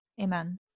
Amen